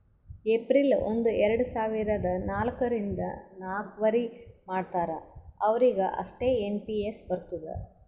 April ಒಂದು ಎರಡ ಸಾವಿರದ ನಾಲ್ಕ ರಿಂದ್ ನವ್ಕರಿ ಮಾಡ್ತಾರ ಅವ್ರಿಗ್ ಅಷ್ಟೇ ಎನ್ ಪಿ ಎಸ್ ಬರ್ತುದ್